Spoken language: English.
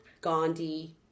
Gandhi